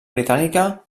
britànica